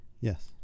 Yes